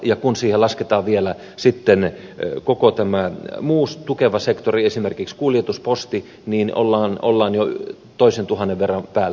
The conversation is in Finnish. ja kun siihen lasketaan vielä sitten koko tämä muu tukeva sektori esimerkiksi kuljetus posti niin ollaan jo toisen tuhannen verran päälle